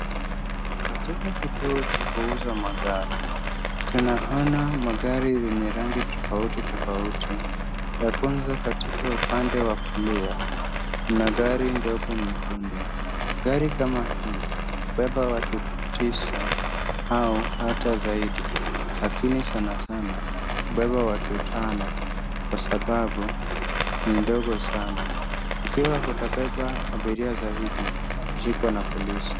Katika kituo cha kuuza magari tunaona magari yenye rangi tofauti tofauti, ya kuuzwa .Katika upande wa kulia kuna gari ndogo nyekundu, gari kama hii hubeba watu tisa au hata zaidi, lakini sanasana hubeba watu tano kwa sababu ni ndogo sana, ikiwa utabeba abiria zaidi utashikwa na polisi.